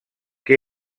què